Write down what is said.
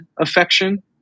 affection